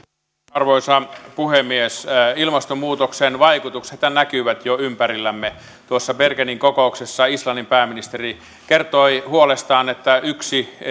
arvoisa puhemies ilmastonmuutoksen vaikutuksethan näkyvät jo ympärillämme tuossa bergenin kokouksessa islannin pääministeri kertoi huolestaan että yksi